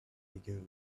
ago